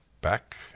Back